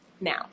now